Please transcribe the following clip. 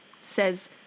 says